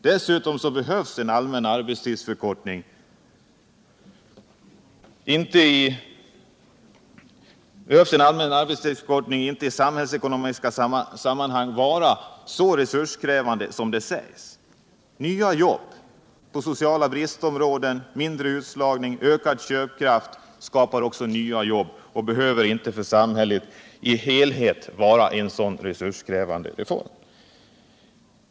Dessutom behöver en allmän arbetstidsförkortning inte vara så resurskrävande från samhällsekonomisk synpunkt som det sägs. Nya jobb, jobb på sociala bristområden medför mindre utslagning, ökad köpkraft och därmed behov av nya jobb. Det behöver inte för samhället i dess helhet vara en så resurskrävande reform.